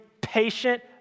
patient